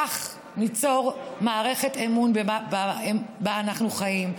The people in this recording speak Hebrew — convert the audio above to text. כך ניצור מערכת אמון במערכת שבה אנחנו חיים.